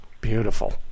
Beautiful